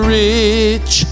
rich